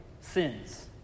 sins